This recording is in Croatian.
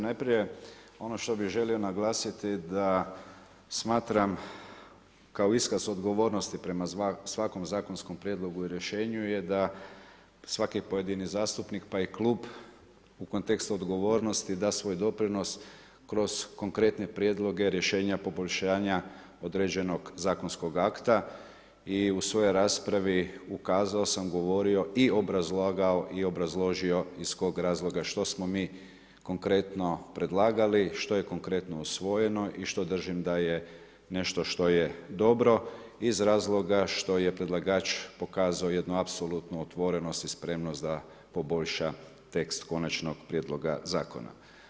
Najprije ono što bi želio naglasiti da smatram kao iskaz odgovornosti prema svakom zakonskom prijedlogu i rješenju je da svaki pojedini zastupnik pa i klub u kontekstu odgovornosti da svoj doprinos kroz konkretne prijedloge, rješenja, poboljšanja određenog zakonskog akta i u svojoj raspravi ukazao sam, govorio i obrazlagao i obrazložio iz kog razloga što smo mi konkretno predlagali, što je konkretno usvojeno i što držim daje nešto što je dobro iz razloga što je predlagač pokazao jednu apsolutnu otvorenost i spremnost da poboljša tekst konačnog prijedloga zakona.